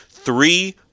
Three